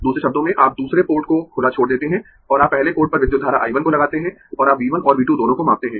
दूसरे शब्दों में आप दूसरे पोर्ट को खुला छोड़ देते है और आप पहले पोर्ट पर विद्युत धारा I 1 को लगाते है और आप V 1 और V 2 दोनों को मापते है